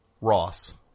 Ross